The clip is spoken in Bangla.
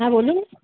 হ্যাঁ বলুন